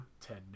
Ted